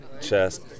chest